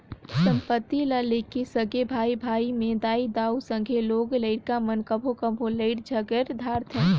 संपत्ति ल लेके सगे भाई भाई में दाई दाऊ, संघे लोग लरिका मन कभों कभों लइड़ झगेर धारथें